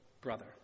brother